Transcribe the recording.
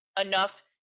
enough